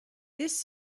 this